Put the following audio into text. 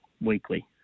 weekly